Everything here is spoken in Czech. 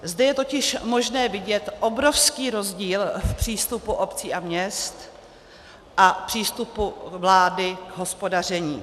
Zde je totiž možné vidět obrovský rozdíl v přístupu obcí a měst a přístupu vlády k hospodaření.